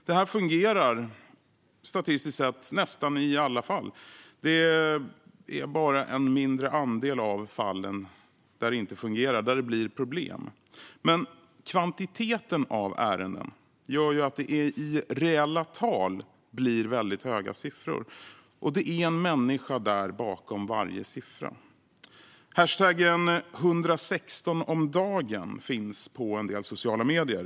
Det här fungerar statistiskt sett i nästan alla fall; det är bara i en mindre andel av fallen som det inte fungerar och som det blir problem. Men kvantiteten av ärenden gör ju att det i reella tal blir väldigt höga siffror, och det finns en människa bakom varje siffra. Hashtaggen #116omdagen finns på en del sociala medier.